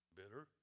bitter